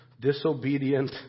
disobedient